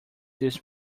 this